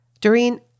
Doreen